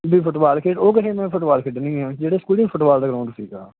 ਵੀ football ਖੇਡ ਉਹ ਕਹੇ ਮੈਂ ਫੁਟਬਾਲ ਖੇਡਣੀ ਆ ਜਿਹੜੇ ਸਕੂਲ ਫੁੱਟਬਾਲ ਦਾ ਗਰਾਉਂਡ ਸੀਗਾ